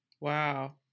Wow